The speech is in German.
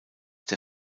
der